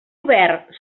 obert